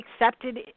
accepted